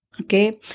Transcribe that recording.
okay